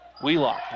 Wheelock